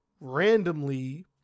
randomly